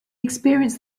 experienced